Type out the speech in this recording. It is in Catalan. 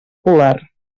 polar